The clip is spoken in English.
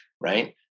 right